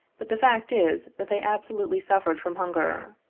but the fact is, that they ab solutely suffered from hunger.